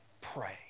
pray